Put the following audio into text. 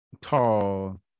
tall